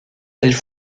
elle